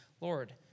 Lord